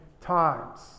times